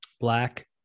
black